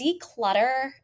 declutter